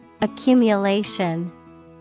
Accumulation